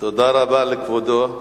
תודה רבה לכבודו.